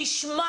כי שמו